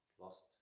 Lost